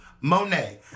Monet